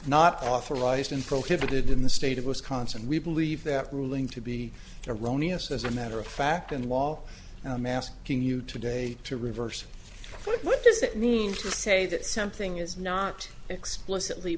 not authorized in prohibited in the state of wisconsin we believe that ruling to be a rony us as a matter of fact and law and i'm asking you today to reverse what does it mean to say that something is not explicitly